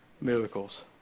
miracles